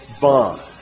bond